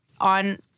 on